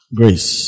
grace